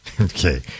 Okay